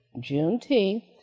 Juneteenth